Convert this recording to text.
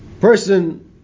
Person